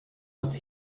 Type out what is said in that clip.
was